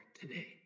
today